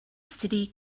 city